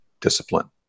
discipline